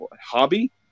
hobby